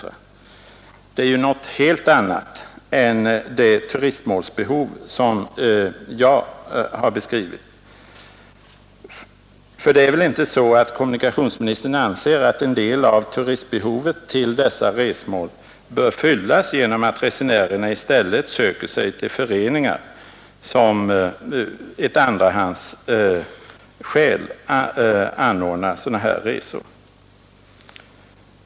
Det är något helt annat än det turistmålsbehov som jag har beskrivit. För det är väl inte så att kommunikationsministern anser att en del av turistbehovet till dessa resmål bör uppfyllas genom att resenärerna i stället söker sig till föreningar, som har såsom ett andrahandssyfte att anordna sådana här resor?